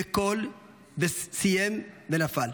בקול, וסיים ונפל.